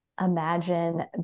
imagine